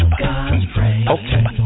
okay